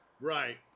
Right